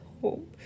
home